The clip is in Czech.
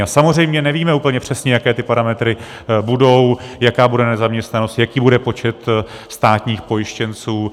A samozřejmě nevíme úplně přesně, jaké ty parametry budou, jaká bude nezaměstnanost, jaký bude počet státních pojištěnců.